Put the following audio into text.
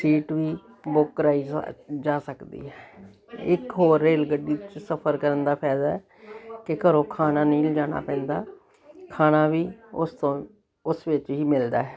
seat ਵੀ book ਕਰਵਾਈ ਜ਼ਾ ਜਾ ਸਕਦੀ ਹੈ ਇੱਕ ਹੋਰ ਰੇਲ ਗੱਡੀ ਚ ਸਫਰ ਕਰਨ ਦਾ ਫਾਇਦਾ ਕਿ ਘਰੋਂ ਖਾਣਾ ਨਹੀਂ ਲਿਜਾਣਾ ਪੈਂਦਾ ਖਾਣਾ ਵੀ ਉਸ ਤੋਂ ਉਸ ਵਿੱਚ ਹੀ ਮਿਲਦਾ ਹੈ